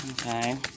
Okay